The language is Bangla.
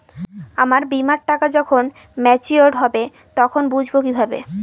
আমার বীমার টাকা যখন মেচিওড হবে তখন বুঝবো কিভাবে?